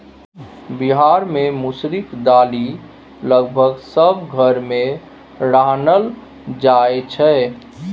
बिहार मे मसुरीक दालि लगभग सब घर मे रान्हल जाइ छै